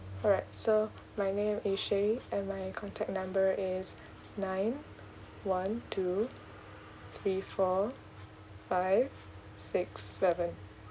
alright so my name is shaye and my contact number is nine one two three four five six seven